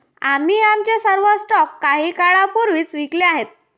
आम्ही आमचे सर्व स्टॉक काही काळापूर्वीच विकले आहेत